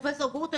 פרופ' גרוטו,